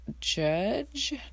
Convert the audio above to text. Judge